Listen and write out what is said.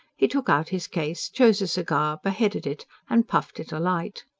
he took out his case, chose a cigar, beheaded it and puffed it alight.